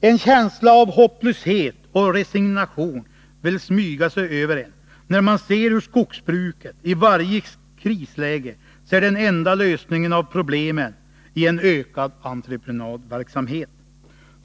”En känsla av hopplöshet och resignation vill smyga sig över en, när man ser hur skogsbruket i varje krisläge ser den enda lösningen av problemen i en ökad entreprenadverksamhet.